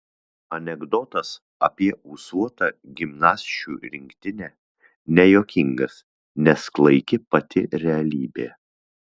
anekdotas apie ūsuotą gimnasčių rinktinę nejuokingas nes klaiki pati realybė